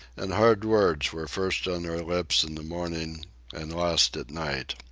and hard words were first on their lips in the morning and last at night.